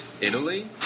Italy